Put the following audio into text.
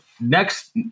Next